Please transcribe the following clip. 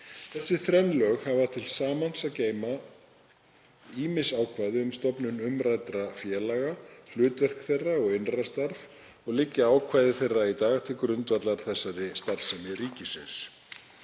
Þessi þrenn lög hafa til samans að geyma ýmis ákvæði um stofnun umræddra félaga, hlutverk þeirra og innra starf og liggja ákvæði þeirra í dag til grundvallar þessari starfsemi ríkisins.